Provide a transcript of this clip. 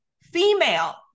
female